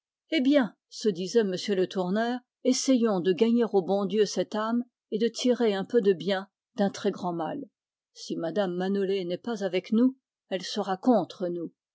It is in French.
eh bien se disait m le tourneur essayons de gagner du bon dieu cette âme et de tirer un peu de bien d'un très grand mal si mme manolé n'est pas avec nous elle sera contre nous